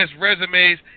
resumes